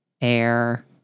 air